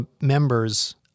members